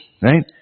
right